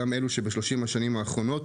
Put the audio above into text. גם אלה שב-30 השנים האחרונות,